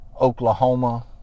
Oklahoma